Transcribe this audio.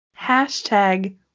hashtag